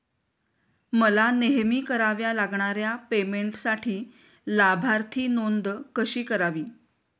मला नेहमी कराव्या लागणाऱ्या पेमेंटसाठी लाभार्थी नोंद कशी करावी?